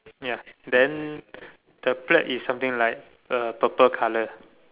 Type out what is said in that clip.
ya then the plate is something like uh purple colour